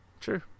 True